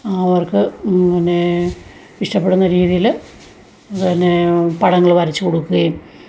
അവർക്ക് പിന്നെ ഇഷ്ടപ്പെടുന്ന രീതിയില് പിന്നെ പടങ്ങള് വരച്ചുകൊടുക്കുകയും